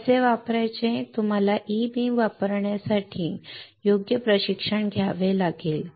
ते कसे वापरायचे तुम्हाला ई बीम एव्हपोरेशन वापरण्यासाठी योग्य प्रशिक्षण घ्यावे लागेल